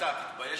תתבייש לך.